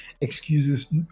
excuses